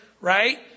right